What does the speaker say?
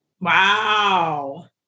Wow